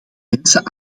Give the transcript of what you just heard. mensen